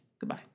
goodbye